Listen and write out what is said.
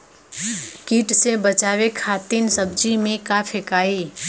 कीट से बचावे खातिन सब्जी में का फेकाई?